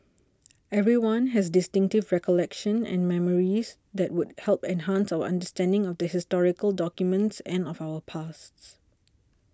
everyone has distinctive recollections and memories that would help enhance our understanding of the historical documents and of our pasts